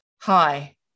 Hi